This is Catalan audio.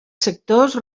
sectors